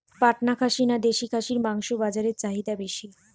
পাটনা খাসি না দেশী খাসির মাংস বাজারে চাহিদা বেশি?